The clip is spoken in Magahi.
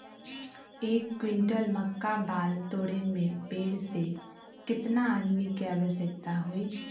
एक क्विंटल मक्का बाल तोरे में पेड़ से केतना आदमी के आवश्कता होई?